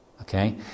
okay